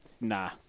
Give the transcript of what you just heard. Nah